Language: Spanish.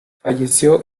falleció